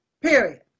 period